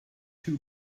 too